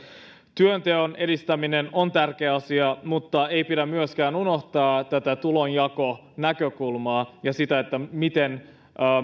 työnteon edistäminen on tärkeä asia mutta ei pidä myöskään unohtaa tätä tulonjakonäkökulmaa ja sitä miten